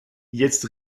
jetzt